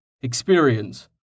experience